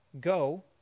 go